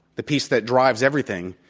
the piece that drives everything,